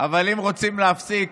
אבל אם רוצים להפסיק